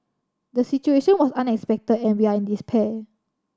the situation was unexpected and we are in despair